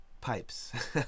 Pipes